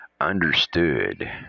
understood